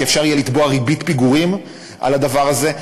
כי אפשר יהיה לתבוע ריבית פיגורים על הדבר הזה.